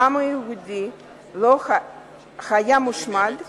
העם היהודי היה מושמד בשואה,